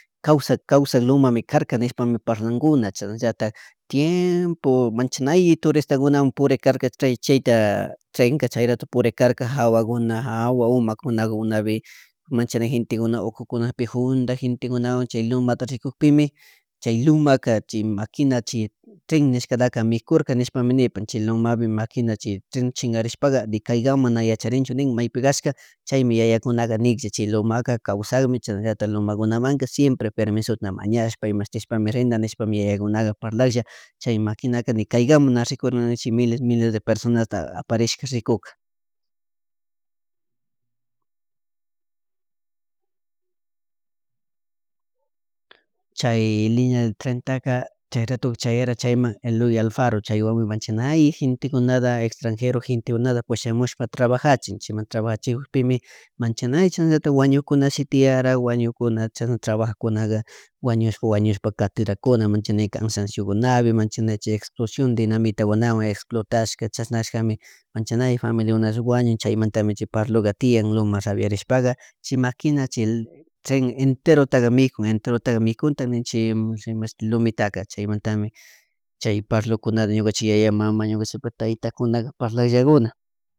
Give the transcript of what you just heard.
Kawsa kawsa lomami karaknishpami parlakuna chashnallatak tiempo manchanay turiskuna purik karkayta chayta trenka chayllato puri karka hawakuna hawa humakunawan kunapi mancharegentekuna uku kunapi hunta gentekunawan chay lomaka rikkupimi chay lomaka chay maquinachi tren nishkatata mikurka nishapami nipan chay lomapi maquinachi tren chinkarishpaka nikankaiman mana yacharichunnin maypi kashka chaymi yayakuna niklla chay lomaka kawsakmi chashnallatik lomakunamanka siempre permisota mañashpa imashitishpami rina nishpashkunaka yayakuna nishpakmi parlaklla chaymikana kaykama mana rikurinchin miles y miles de personasta aparishka rikuka. Silencio chay linea de trentaka chay ratuka eloy alfaro chay wayki manchanay gentekunata extrangero gentekunata pushamushpa trabajachin chayman trabajachikukpimi manchanay chashnallatik wañukuñata shi tiyarawa wañukuna chashna trabajakunaku wayush wañushpa katirakuna manchanika cansanciokunapi manchanay chy expolcion dinamitawan explotashka chashnashkami manchanay familiakunaka wañun chaymuntami chay parloka tian lomas abirishpaka chi maquina chay chi tren enterotaka mikun entereotatak mikun nin chaylomitaka chaymuntami chya parlukunaka ñukanchik yaya mama ñukanchukpuk taytakunaka parlakllakuna